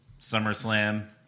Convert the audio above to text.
SummerSlam